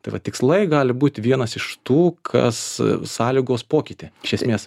tai va tikslai gali būt vienas iš tų kas sąlygos pokytį iš esmės